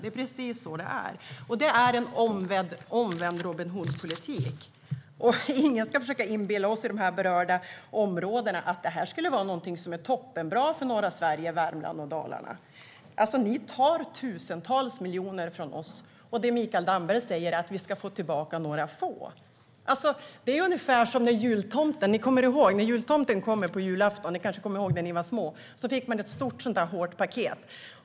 Det är precis så det är, och det är en omvänd Robin Hood-politik. Ingen ska försöka inbilla oss i de berörda områdena att detta skulle vara någonting som är toppenbra för norra Sverige, Värmland och Dalarna. Ni tar tusentals miljoner från oss, och det Mikael Damberg säger är att vi ska få tillbaka några få. Det är ungefär som med jultomten. Ni kanske kommer ihåg när jultomten kom när ni var små. Man fick ett stort hårt paket.